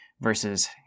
versus